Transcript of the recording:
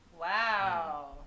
Wow